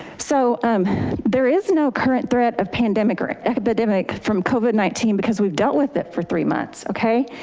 so um there is no current threat of pandemic or epidemic from covid nineteen because we've dealt with it for three months, okay?